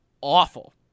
awful